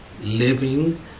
living